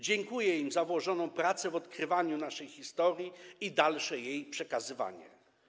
Dziękuję im za włożoną pracę w odkrywanie naszej historii i dalsze jej przekazywanie.